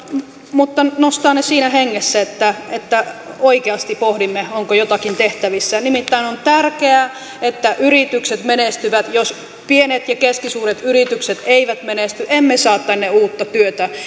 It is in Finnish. mutta nostaa ne siinä hengessä että että oikeasti pohdimme onko jotakin tehtävissä nimittäin on tärkeää että yritykset menestyvät jos pienet ja keskisuuret yritykset eivät menesty emme saa tänne uutta työtä